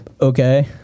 Okay